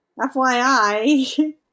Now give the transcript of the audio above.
FYI